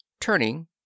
turning